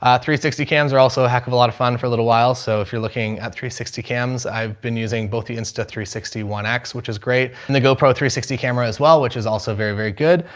three sixty cans are also a heck of a lot of fun for a little while. so if you're looking at three sixty cams, i've been using both the insta three sixty one x, which is great. and the gopro three sixty camera as well, which is also very, very good.